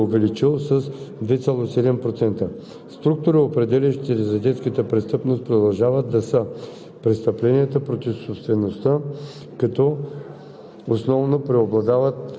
като най-голямо е намалението при малолетните извършители – със 7%. Броят на непълнолетните извършители се е увеличил с 2,7%.